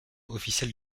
officiel